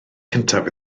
cyntaf